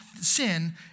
sin